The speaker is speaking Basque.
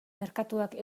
merkatuak